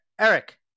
Eric